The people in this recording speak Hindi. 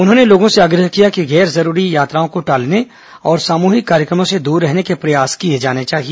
उन्होंने लोगों से आग्रह किया कि गैर जरूरी यात्राओं को टालने और सामूहिक कार्यक्रमों से दूर रहने के प्रयास किये जाने चाहिए